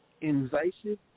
Invasive